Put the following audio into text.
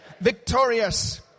victorious